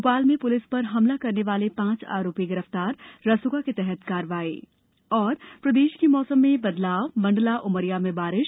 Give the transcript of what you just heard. भोपाल में पुलिस पर हमला करने वाले पांच आरोपी गिरफ्तार रासुका के तहत कार्यवाही प्रदेश के मौसम में बदलाव मंडला उमरिया में बारिश